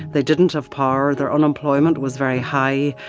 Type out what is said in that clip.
they didn't have power, their unemployment was very high,